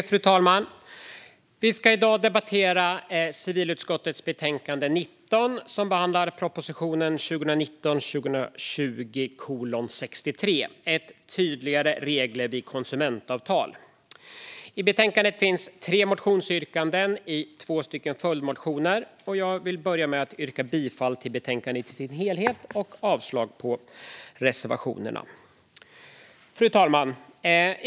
Fru talman! Vi ska i dag debattera civilutskottets betänkande 19, som behandlar proposition 2019/20:63 Tydligare regler vid konsumentavtal . I betänkandet behandlas tre motionsyrkanden i två följdmotioner. Jag vill börja med att yrka bifall till utskottets förslag i dess helhet i betänkandet och avslag på reservationerna. Fru talman!